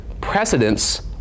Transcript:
precedence